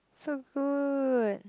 so good